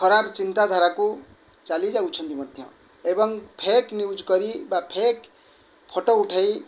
ଖରାପ ଚିନ୍ତାଧାରାକୁ ଚାଲି ଯାଉଛନ୍ତି ମଧ୍ୟ ଏବଂ ଫେକ୍ ନ୍ୟୁଜ୍ କରି ବା ଫେକ୍ ଫଟୋ ଉଠାଇ